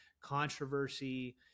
controversy